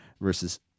versus